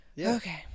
Okay